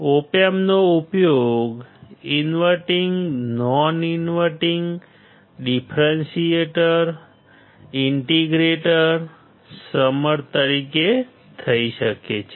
ઓપ એમ્પનો ઉપયોગ inverting non inverting differentiator integrator summer તરીકે થઈ શકે છે